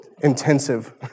intensive